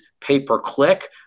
pay-per-click